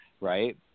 right